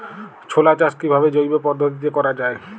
ছোলা চাষ কিভাবে জৈব পদ্ধতিতে করা যায়?